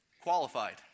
qualified